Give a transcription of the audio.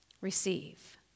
Receive